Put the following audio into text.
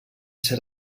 ser